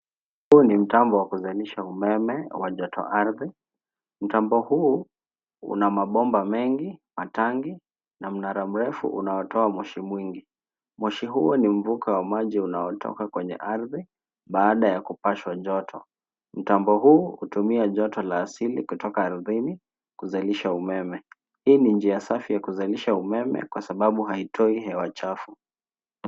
Huu ni mtambo wa kuzalisha umeme wa joto ardhi. Mtambo huu, una mabomba mengi, matangi na mnara mrefu unaotoa moshi mwingi. Moshi huo ni mvuke wa maji unaotoka kwenye ardhi, baada ya kupashwa joto. Mtambo huu hutumia joto la asili kutoka ardhini, kuzalisha umeme. Hii ni njia safi ya kuzalisha umeme kwa sababu haitoi hewa chafu. .